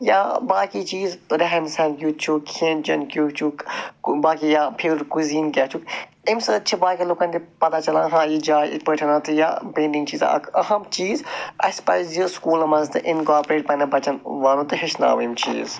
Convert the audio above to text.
یا باقٕے چیٖز ریٚٮ۪ہَن سیٚہن کٮُ۪تھ چھُکھ کھٮ۪ن چٮ۪ن کٮُ۪تھ چھُکھ باقٕے یا فیورِٹ کُزیٖن کیٛاہ چھُکھ اَمہِ سۭتۍ چھُ باقین لُکن تہِ پَتاہ چَلان ہاں یہِ جاے یِتھٕ پٲٹھٮ۪ن یا پینٹِنٛگ چھِ اکھ اَہم چیٖز اَسہِ پَزِ سکوٗلَن منٛز تہِ اِنکارپوریٹ پَنٕنٮ۪ن بَچَن وَنُن تہٕ ہیٚچھناوٕنۍ یِم چیٖز